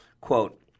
quote